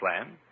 plan